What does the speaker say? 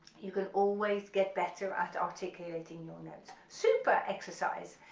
you can always get better at articulating your notes, super exercise,